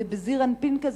בזעיר אנפין כזה,